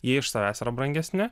jie iš savęs yra brangesni